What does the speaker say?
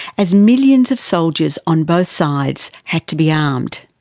as millions of soldiers on both sides had to be armed.